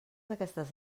aquestes